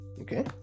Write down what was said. okay